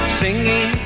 singing